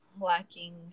lacking